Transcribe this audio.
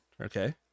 Okay